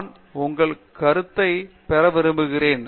நான் உங்கள் கருத்தை பெற விரும்புகிறேன்